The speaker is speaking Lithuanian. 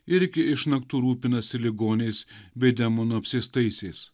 ir iki išnaktų rūpinasi ligoniais bei demonų apsėstaisiais